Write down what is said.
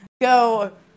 go